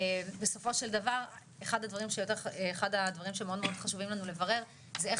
בסופו של דבר אחד הדברים שמאוד חשובים לנו לברר זה איך